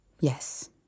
Yes